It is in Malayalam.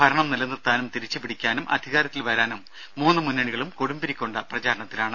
ഭരണം നിലനിർത്താനും തിരിച്ച് പിടിക്കാനും അധികാരത്തിൽ വരാനും മൂന്ന് മുന്നണികളും കൊടുമ്പിരികൊണ്ട പ്രചാരണത്തിലാണ്